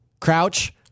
crouch